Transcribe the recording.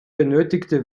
benötigte